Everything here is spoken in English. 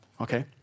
okay